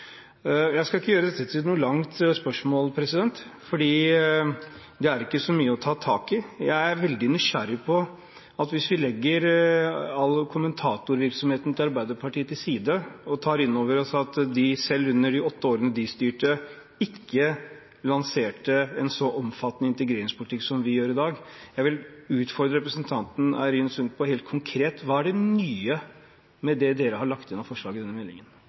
Jeg skal ikke gjøre dette til et langt spørsmål, fordi det ikke er så mye å ta tak i. Jeg er veldig nysgjerrig, for hvis vi legger all kommentatorvirksomheten fra Arbeiderpartiet til side, må vi ta inn over oss at de selv under de åtte årene de styrte, ikke lanserte en så omfattende integreringspolitikk som vi gjør i dag. Jeg vil utfordre representanten Eirin Sund helt konkret på hva som er det nye med det Arbeiderpartiet har lagt inn av forslag til denne meldingen.